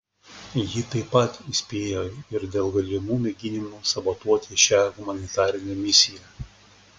ji taip pat įspėjo ir dėl galimų mėginimų sabotuoti šią humanitarinę misiją